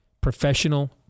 Professional